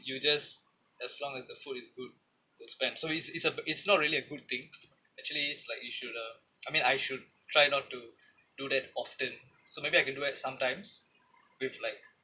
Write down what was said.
you just as long as the food is good you'll spend so it's it's but it's not really a good thing actually is like you should uh I mean I should try not to do that often so maybe I could do at sometimes with like